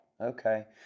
Okay